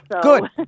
good